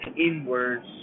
inwards